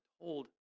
told